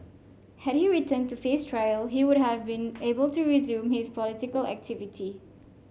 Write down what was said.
had he returned to face trial he would have been able to resume his political activity